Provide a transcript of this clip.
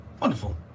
Wonderful